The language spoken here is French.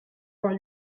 vingt